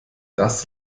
das